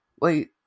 Wait